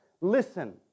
listen